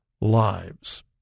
lives